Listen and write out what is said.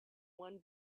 one